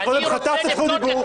אתה קודם חטפת זכות דיבור,